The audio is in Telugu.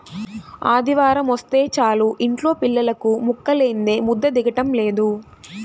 ఆదివారమొస్తే చాలు యింట్లో పిల్లలకు ముక్కలేందే ముద్ద దిగటం లేదు